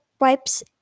wipes